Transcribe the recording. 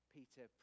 Peter